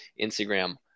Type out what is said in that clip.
Instagram